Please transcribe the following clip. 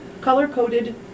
color-coded